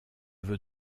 veux